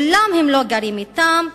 אך הם לא גרים אתם,